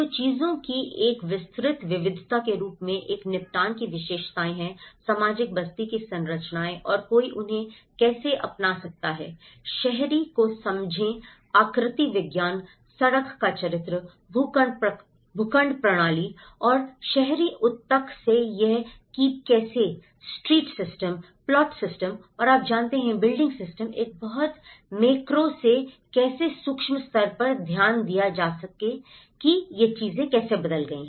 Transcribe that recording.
तो चीजों की एक विस्तृत विविधता के रूप में एक निपटान की विशेषताएं हैं सामाजिक बस्ती की संरचनाएं और कोई उन्हें कैसे अपना सकता है शहरी को समझें आकृति विज्ञान सड़क का चरित्र भूखंड प्रणाली और शहरी ऊतक से यह कीप कैसे स्ट्रीट सिस्टम प्लॉट सिस्टम और आप जानते हैं बिल्डिंग सिस्टम एक बहुत मैक्रो से कैसे सूक्ष्म स्तर पर ध्यान दिया गया है कि ये चीजें कैसे बदल गई हैं